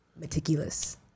meticulous